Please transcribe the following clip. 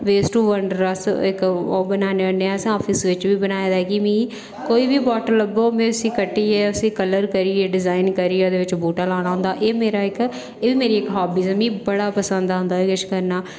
waste to wonder अस इक ओह् बनान्ने होन्ने असें आफिस बिच्च बी बनाए दा कि मिगी कोई बी बाटल लब्भग में उसी कट्टियै उसी कलर करियै डिजाइन करियै ओह्दे बिच्च बूहटा लाना होंदा एह् मेरा इक हाबी एह् मेरी इक हाबी ऐ मिगी बड़ा पसंद आंदा एह् किश करना